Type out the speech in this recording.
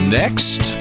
next